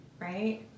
Right